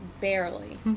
Barely